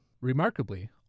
Remarkably